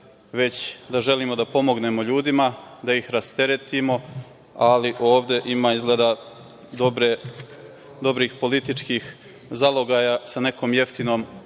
već da želimo da pomognemo ljudima, da ih rasteretimo, ali ovde ima izgleda dobrih političkih zalogaja sa nekom jeftinom